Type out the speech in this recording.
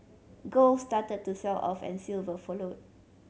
gold started to sell off and silver followed